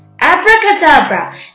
Abracadabra